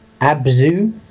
Abzu